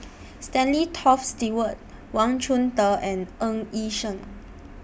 Stanley Toft Stewart Wang Chunde and Ng Yi Sheng